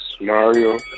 Mario